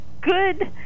good